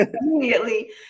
immediately